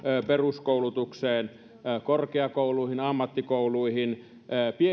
peruskoulutukseen korkeakouluihin ammattikouluihin